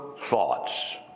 thoughts